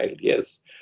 yes